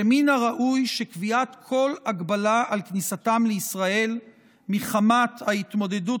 שמן הראוי שקביעת כל הגבלה על כניסתם לישראל מחמת ההתמודדות